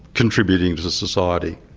contributing to society.